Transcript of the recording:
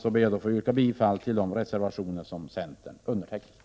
Jag yrkar bifall till de reservationer som centern undertecknat.